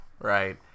right